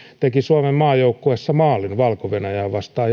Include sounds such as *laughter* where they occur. teki suomen jalkapallomaajoukkueessa maalin valko venäjää vastaan *unintelligible*